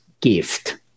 gift